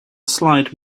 slide